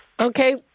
Okay